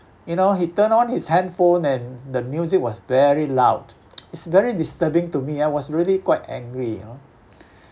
you know he turned on his handphone and the music was very loud it's very disturbing to me I was really quite angry you know